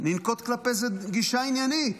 ננקוט כלפי זה גישה עניינית.